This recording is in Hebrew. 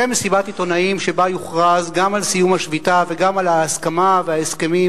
תהיה מסיבת עיתונאים שבה יוכרז גם על סיום השביתה וגם על ההסכמה וההסכמים